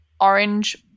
orange